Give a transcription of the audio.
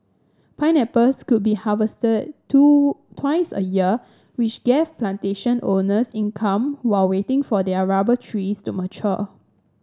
pineapples could be harvested two twice a year which gave plantation owners income while waiting for their rubber trees to mature